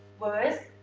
worth,